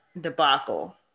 debacle